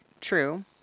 True